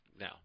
now